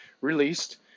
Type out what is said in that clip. released